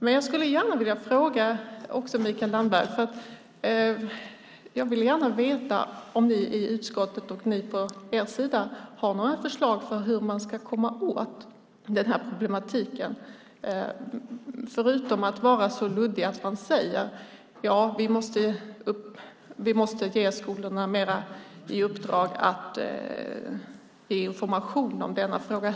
Men jag skulle gärna också vilja ställa en fråga till Mikael Damberg. Jag vill gärna veta om ni i utskottet och ni på er sida har några förslag på hur man ska komma åt den här problematiken, förutom att man är så luddig och säger: Vi måste ge skolorna mer i uppdrag att ge information om denna fråga.